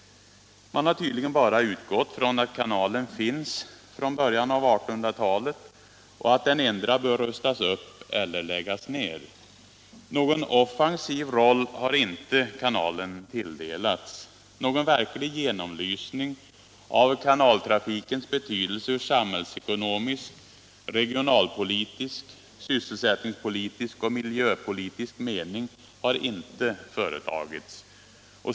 Man har tydligen bara utgått från att kanalen finns sedan början av 1800-talet och att den endera bör rustas upp eller läggas ner. Någon offensiv roll har inte kanalen tilldelats. Någon verklig genomlysning av kanaltrafikens betydelse i samhällsekonomisk, regionalpolitisk, sysselsättningspolitisk och miljöpolitisk mening har inte företagits.